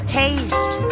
taste